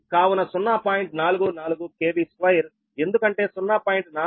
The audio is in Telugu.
44 KV2 ఎందుకంటే 0